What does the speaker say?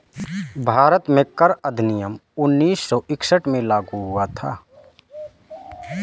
भारत में कर अधिनियम उन्नीस सौ इकसठ में लागू हुआ था